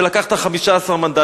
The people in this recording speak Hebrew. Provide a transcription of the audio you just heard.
ולקחת 15 מנדטים.